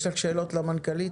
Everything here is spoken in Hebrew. יש לך שאלות למנכ"לית?